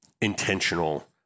intentional